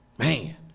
Man